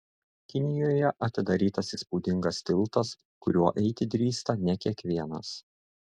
kinijoje atidarytas įspūdingas tiltas kuriuo eiti drįsta ne kiekvienas